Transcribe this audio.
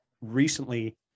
recently